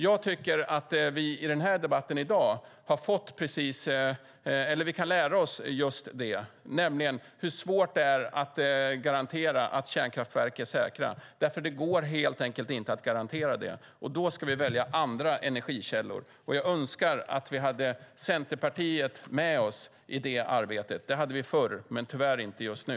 Jag tycker att vi av dagens debatt kan lära oss hur svårt det är att garantera att kärnkraftverk är säkra. Det går helt enkelt inte att garantera det. Då ska vi välja andra energikällor. Jag önskar att vi hade Centerpartiet med oss i det arbetet. Det hade vi förr men tyvärr inte just nu.